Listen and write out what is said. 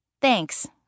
Thanks